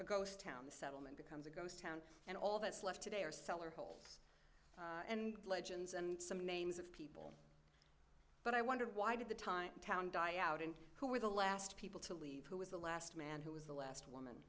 a ghost town the settlement becomes a ghost town and all that's left today are sell or hold and legends and some names of people but i wondered why did the time town die out and who were the last people to leave who was the last man who was the last woman